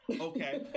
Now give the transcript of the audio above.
Okay